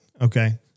Okay